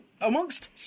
Amongst